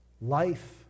life